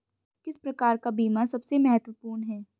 किस प्रकार का बीमा सबसे महत्वपूर्ण है?